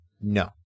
No